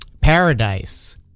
Paradise